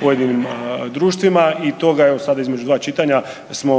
pojedinim društvima im od toga evo sada između dva čitanja smo